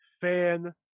fan